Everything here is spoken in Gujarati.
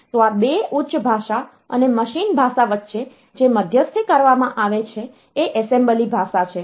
તો આ 2 ઉચ્ચ ભાષા અને મશીન ભાષા વચ્ચે જે મધ્યસ્થી કરવામાં આવે છે એ એસેમ્બલી ભાષા છે